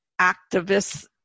activists